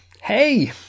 hey